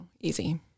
easy